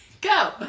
Go